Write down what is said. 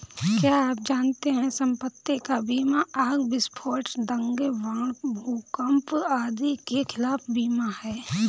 क्या आप जानते है संपत्ति का बीमा आग, विस्फोट, दंगे, बाढ़, भूकंप आदि के खिलाफ बीमा है?